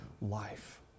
life